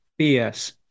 BS